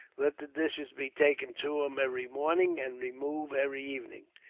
let the dishes be taken to him, every morning, and removed every evening.